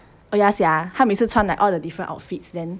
oh ya sia 她每次穿 like all the different outfits then